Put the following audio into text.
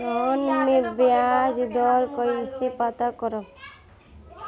ऋण में बयाज दर कईसे पता करब?